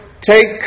take